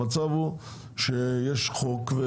המצב הוא שיש חוק.